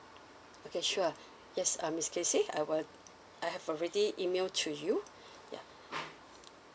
okay sure yes um miss casey I'll uh I have already email to you ya